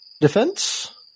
defense